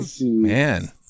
man